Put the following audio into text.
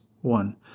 one